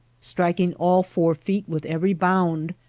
striking all four feet with every bound,